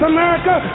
America